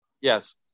Yes